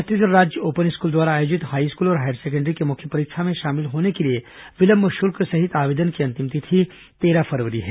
छत्तीसगढ़ राज्य open school द्वारा आयोजित हाईस्कूल और हायर सेकेंडरी की मुख्य परीक्षा में शामिल होने के लिए विलंब शुल्क सहित आवेदन की की अंतिम तिथि तेरह फरवरी है